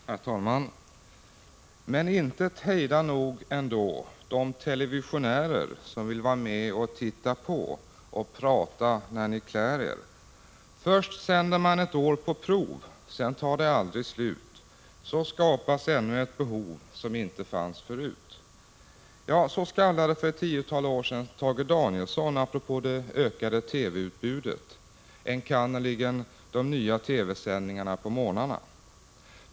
Herr talman! Men intet hejdar nog ändå de televisionärer som vill va med och titta på och prata när ni klär er. Först sänder man ett år, på prov. Sen tar det aldrig slut. Så skapas ännu ett behov som inte fanns förut. Så skaldade för ett tiotal år sedan Tage Danielsson apropå det ökade TV-utbudet, enkannerligen de nya TV-sändningarna på morgnarna.